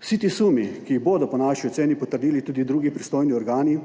Vsi ti sumi, ki jih bodo po naši oceni potrdili tudi drugi pristojni organi,